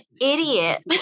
idiot